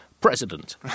president